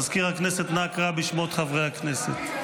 מזכיר הכנסת, אנא קרא בשמות חברי הכנסת.